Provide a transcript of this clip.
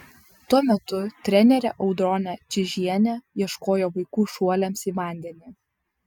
tuo metu trenerė audronė čižienė ieškojo vaikų šuoliams į vandenį